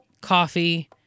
coffee